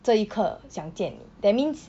这一刻想见你 that means